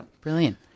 brilliant